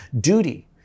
duty